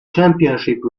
championship